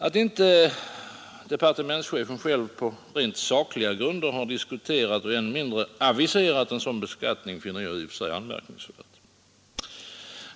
Att inte departementschefen själv på rent sakliga grunder har diskuterat och än mindre aviserat en sådan beskattning finner jag i och för sig anmärkningsvärt.